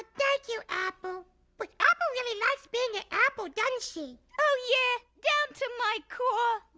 thank you, apple. like apple really likes being an apple, doesn't she? oh yeah, down to my core.